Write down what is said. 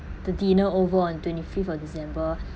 the dinner over on twenty fifth of december